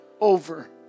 over